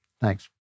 Thanks